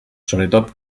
sobretot